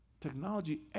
technology